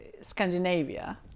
Scandinavia